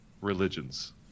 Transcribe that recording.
religions